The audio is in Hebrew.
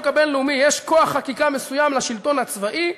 הבין-לאומי יש כוח חקיקה מסוים לשלטון הצבאי,